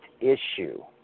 issue